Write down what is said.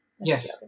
yes